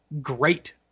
great